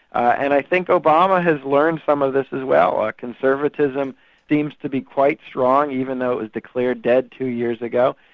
and i think obama has learned some of this as well. our conservatism seems to be quite strong, even though it was declared dead two years ago,